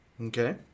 Okay